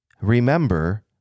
Remember